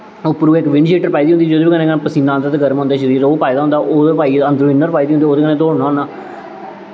अप्परों में इक windcheater पाई दी होंदी जेह्दे कन्नै पसीना आंदा ते गर्म होंदा शरीर ओह् पाए दा होंदा ते ओह् पाइयै अन्दरों इन्नर पाई दी होंदी ओह्दे कन्नै दौड़ना होन्ना